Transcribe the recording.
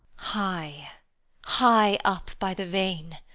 high high up by the vane!